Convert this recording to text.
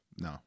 no